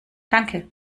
danke